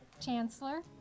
Chancellor